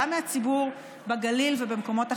גם מהציבור בגליל ובמקומות אחרים,